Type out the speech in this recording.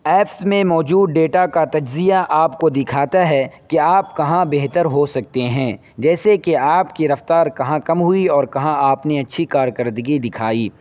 apps میں موجود data کا تجزیہ آپ کو دکھاتا ہے کہ آپ کہاں بہتر ہو سکتے ہیں جیسے کہ آپ کی رفتار کہاں کم ہوئی اور کہاں آپ نے اچھی کارکردگی دکھائی